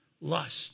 lust